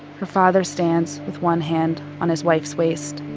her father stands with one hand on his wife's waist.